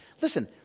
Listen